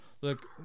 Look